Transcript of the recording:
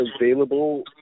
available